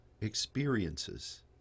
experiences